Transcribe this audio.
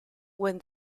when